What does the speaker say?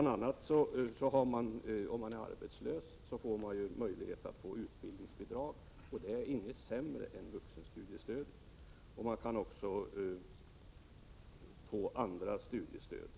Som arbetslös har man ju bl.a. möjlighet att få utbildningsbidrag, och detta är inte sämre än vuxenstudiestödet. Man kan också få andra studiestöd.